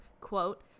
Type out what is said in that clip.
quote